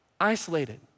isolated